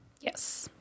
Yes